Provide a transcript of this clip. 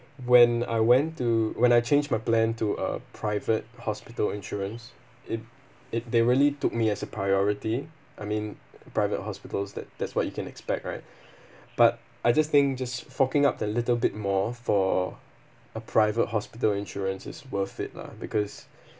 when I went to when I changed my plan to a private hospital insurance it it they really took me as a priority I mean private hospitals that that's what you can expect right but I just think just forking up the little bit more for a private hospital insurance is worth it lah because